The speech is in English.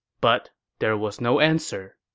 but there was no answer.